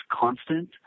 constant